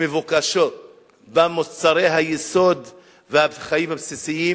מבוקשו במוצרי היסוד ובחיים הבסיסיים?